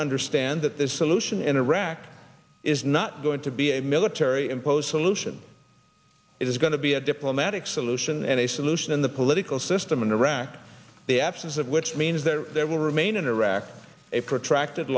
understand that the solution in iraq is not going to be a military imposed solution it is going to be a diplomatic solution and a solution in the political system in iraq the absence of which means that there will remain in iraq a protracted